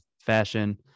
fashion